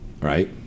right